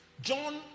John